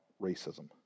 racism